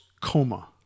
Coma